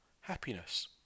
happiness